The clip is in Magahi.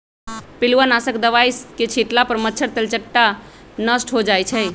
पिलुआ नाशक दवाई के छिट्ला पर मच्छर, तेलट्टा नष्ट हो जाइ छइ